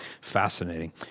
fascinating